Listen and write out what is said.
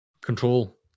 control